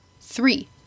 three